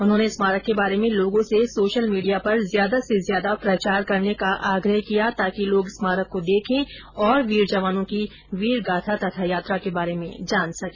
उन्होंने स्मारक के बारे में लोगों से सोशल मीडिया पर ज्यादा से ज्यादा प्रचार करने का आग्रह किया ताकि लोग स्मारक को देखे और वीर जवानों की वीर गाथा तथा यात्रा के बारे में जान सके